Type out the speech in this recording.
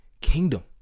kingdom